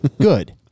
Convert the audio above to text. Good